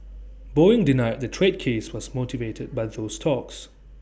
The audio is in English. boeing denied the trade case was motivated by those talks